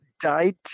died